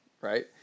right